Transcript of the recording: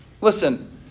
Listen